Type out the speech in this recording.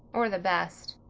or the best.